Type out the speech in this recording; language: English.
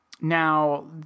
now